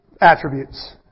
attributes